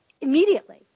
immediately